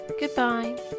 Goodbye